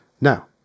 Now